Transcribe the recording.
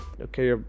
okay